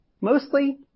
Mostly